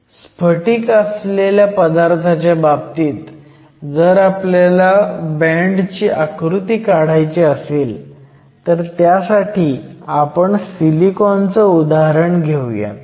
स्फटिक असलेल्या पदार्थाच्या बाबतीत जर आपल्याला बँड ची आकृती काढायची असेल तर त्यासाठी आपण सिलिकॉनचं उदाहरण घेऊयात